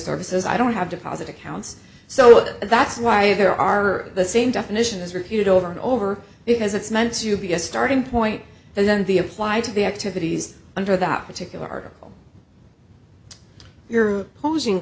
services i don't have to posit accounts so that's why there are the same definition is repeated over and over because it's meant to be a starting point and then be applied to the activities under that particular article you're posing